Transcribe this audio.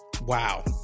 Wow